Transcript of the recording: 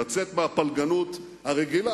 לצאת מהפלגנות הרגילה.